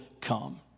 come